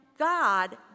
God